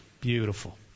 Beautiful